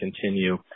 continue